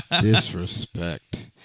disrespect